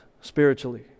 spiritually